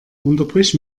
unterbrich